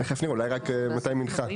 תכף נראה, אולי, מתי ננחת.